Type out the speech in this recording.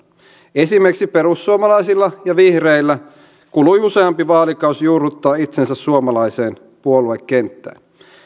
esimerkiksi perussuomalaisilla ja vihreillä kului useampi vaalikausi juurruttaa itsensä suomalaiseen puoluekenttään